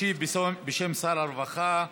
ישיב, בשם שר הרווחה,